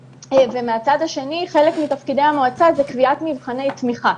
מהצד השני חלק מתפקידי המועצה זה קביעת מבחני תמיכה.